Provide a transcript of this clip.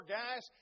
guys